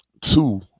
two